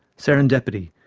serendipity,